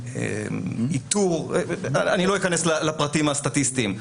אני לא אכנס לפרטים הסטטיסטיים,